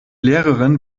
lehrerin